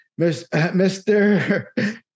Mr